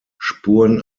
spuren